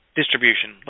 distribution